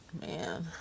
man